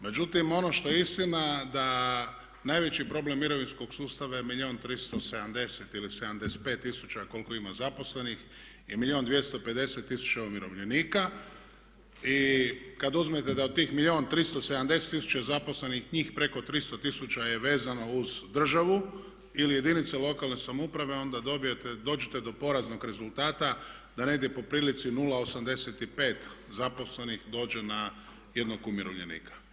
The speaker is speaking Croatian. Međutim, ono što je istina da najveći problem mirovinskog sustava je milijun 370 ili 75 tisuća koliko ima zaposlenih i milijun 250 tisuća umirovljenika i kad uzmete da od tih milijun i 370 tisuća zaposlenih, njih preko 300 tisuća je vezano uz državu ili jedinice lokalne samouprave onda dobijete, dođete do poraznog rezultata da negdje po prilici 0,85 zaposlenih dođe na jednog umirovljenika.